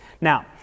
now